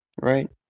right